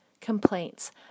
complaints